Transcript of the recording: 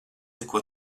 neko